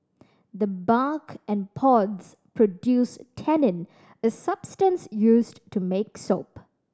the bark and pods produce tannin a substance used to make soap